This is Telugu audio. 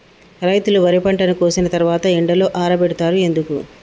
రైతులు వరి పంటను కోసిన తర్వాత ఎండలో ఆరబెడుతరు ఎందుకు?